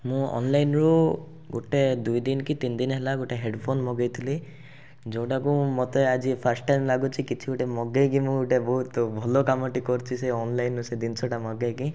ମୁଁ ଅନଲାଇନ୍ରୁ ଗୋଟେ ଦୁଇଦିନ କି ତିନଦିନ ହେଲା ଗୋଟେ ହେଡ଼୍ଫୋନ୍ ମଗେଇଥିଲି ଯେଉଁଟାକୁ ମୋତେ ଆଜି ଫାଷ୍ଟ୍ ଟାଇମ୍ ଲାଗୁଛି କିଛି ଗୋଟେ ମଗେଇକି ମୁଁ ଗୋଟେ ବହୁତ ଭଲ କାମଟେ କରିଛି ସେ ଅନଲାଇନ୍ରୁ ସେ ଜିନିଷଟା ମଗେଇକି